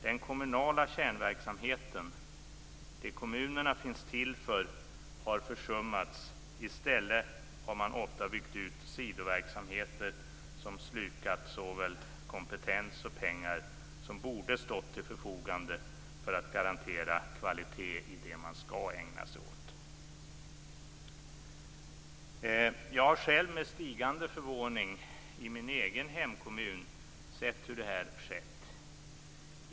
Den kommunala kärnverksamheten, det som kommunerna finns till för, har försummats. I stället har man ofta byggt ut sidoverksamheter som slukat såväl kompetens som pengar som borde ha stått till förfogande för att garantera kvalitet i det man skall ägna sig åt. Jag har själv med stigande förvåning i min hemkommun sett hur detta skett.